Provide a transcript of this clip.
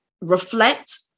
reflect